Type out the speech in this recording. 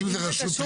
אם זה קשור,